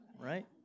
right